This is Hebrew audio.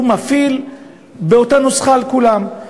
הוא מפעיל את אותה נוסחה על כולם.